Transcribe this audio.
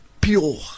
pure